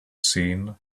seen